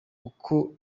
uko